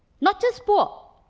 not just poor.